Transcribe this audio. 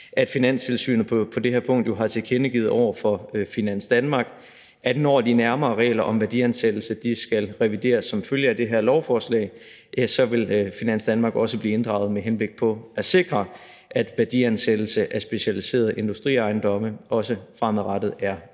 at Finanstilsynet på det her punkt jo har tilkendegivet over for Finans Danmark, at når de nærmere regler om værdiansættelse skal revideres som følge af det her lovforslag, så vil Finans Danmark også blive inddraget med henblik på at sikre, at værdiansættelse af specialiserede industriejendomme også fremadrettet er